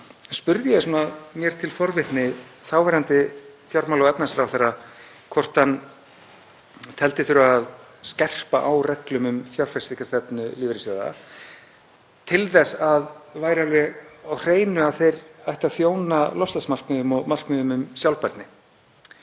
spurði ég af forvitni þáverandi fjármála- og efnahagsráðherra hvort hann teldi þurfa að skerpa á reglum um fjárfestingarstefnu lífeyrissjóða til að það væri alveg á hreinu að þeir ættu að þjóna loftslagsmarkmiðum og markmiðum um sjálfbærni.